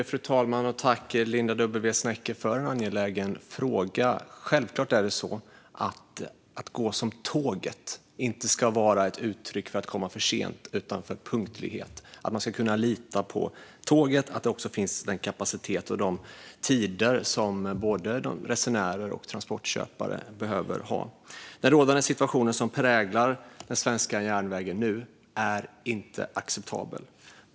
Fru talman! Tack Linda W Snecker för en angelägen fråga. Självklart ska "att gå som tåget" inte vara ett uttryck för att komma för sent utan för punktlighet. Man ska kunna lita på tåget och på att den kapacitet och de tider som resenärer och transportköpare behöver också finns. Den situation som präglar den svenska järnvägen nu är inte acceptabel.